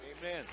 Amen